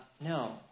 No